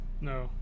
No